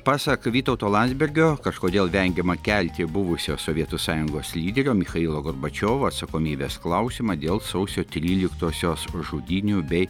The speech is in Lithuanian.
pasak vytauto landsbergio kažkodėl vengiama kelti buvusio sovietų sąjungos lyderio michailo gorbačiovo atsakomybės klausimą dėl sausio tryliktosios žudynių bei